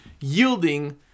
yielding